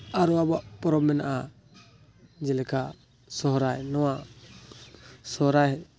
ᱟᱨᱚ ᱟᱵᱚᱣᱟᱜ ᱯᱚᱨᱚᱵᱽ ᱢᱮᱱᱟᱜᱼᱟ ᱡᱮᱞᱮᱞᱟ ᱥᱚᱦᱨᱟᱭ ᱱᱚᱣᱟ ᱥᱚᱦᱨᱟᱭ